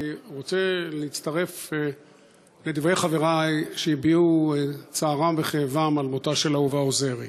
אני רוצה להצטרף לדברי חברי שהביעו צערם וכאבם על מותה של אהובה עוזרי.